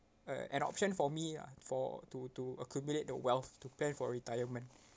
uh an option for me ah for to to accumulate the wealth to plan for retirement